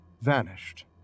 vanished